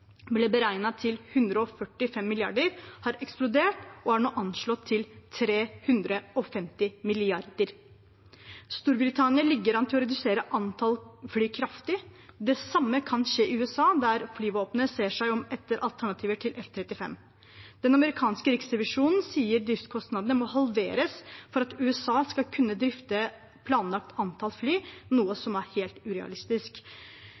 ble beregnet til 145 mrd. kr, har eksplodert og er nå anslått til 350 mrd. kr. Storbritannia ligger an til å redusere antall fly kraftig. Det samme kan skje i USA, der flyvåpenet ser seg om etter alternativer til F-35. Den amerikanske riksrevisjonen sier driftskostnadene må halveres for at USA skal kunne drifte planlagt antall fly, noe som er helt urealistisk.